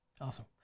Awesome